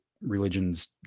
religions